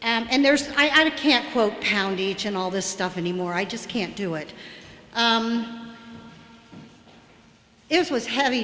and there's i can't quote pound each and all this stuff anymore i just can't do it if it was heavy